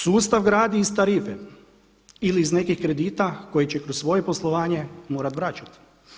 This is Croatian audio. Sustav gradi iz tarife ili iz nekih kredita koji će kroz svoje poslovanje morat vraćati.